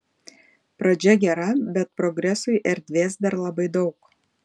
pradžia gera bet progresui erdvės dar labai daug